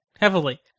heavily